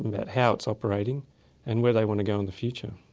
about how it's operating and where they want to go in the future.